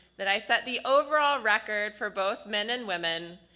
that i set the overall record for both men and women,